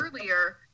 earlier